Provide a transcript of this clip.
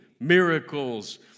miracles